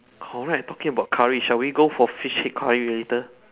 correct talking about curry shall we go for fish head curry later